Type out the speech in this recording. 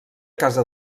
casa